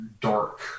dark